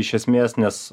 iš esmės nes